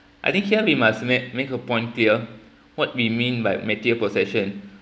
I think here we must make make a point clear what we mean by material possession